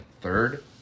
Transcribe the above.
third